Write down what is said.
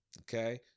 Okay